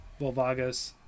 Volvagos